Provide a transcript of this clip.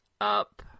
up